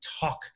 talk